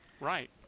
Right